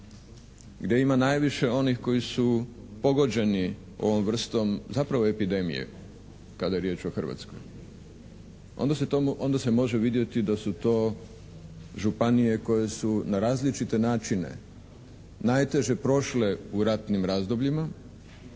gdje ima najviše onih koji su pogođeni ovom vrstom zapravo epidemije, kada je riječ o Hrvatskoj, onda se može vidjeti da su to županije koje su na različite načine najteže prošle u ratnim razdobljima